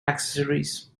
accessories